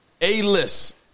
A-List